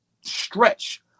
stretch